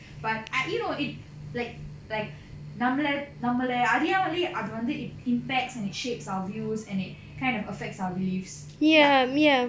but err you know like like நம்மள நம்மள அறியாமலே அது வந்து:nammala nammala ariyaamale adhu vandhu it impacts and it shapes our views and it kind of affects our beliefs ya